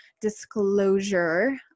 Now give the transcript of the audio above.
disclosure